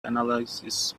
analysis